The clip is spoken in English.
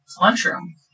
lunchroom